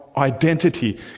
Identity